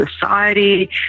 society